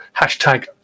hashtag